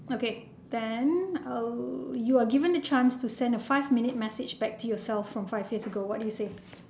okay then uh you are given a chance to send a five minute message back to yourself from five years ago what do you say